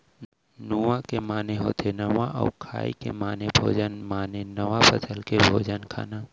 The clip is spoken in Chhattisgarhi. नुआ के माने होथे नवा अउ खाई के माने भोजन माने नवा फसल के भोजन खाना